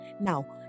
Now